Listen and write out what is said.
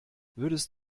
würdest